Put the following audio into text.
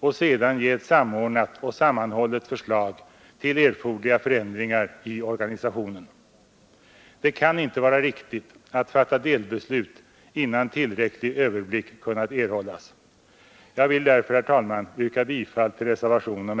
och sedan ge ett samordnat och sammanhållet förslag till erforderliga förändringar i organisationen. Det kan inte vara riktigt att fatta delbeslut innan tillräcklig överblick har kunnat erhållas. Jag vill därför, herr talman, yrka bifall till reservationen 1.